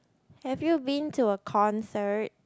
have you been to a concert